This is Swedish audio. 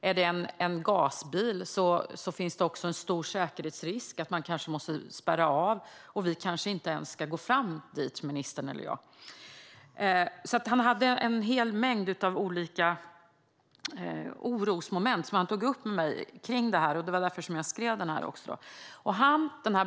Är det en gasbil finns det också en stor säkerhetsrisk och man kanske behöver spärra av, och vi, ministern eller jag, kanske inte ens ska gå fram dit. Brandmannen tog upp en hel del olika orosmoment med mig, och det var därför jag skrev den här interpellationen.